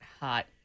Hot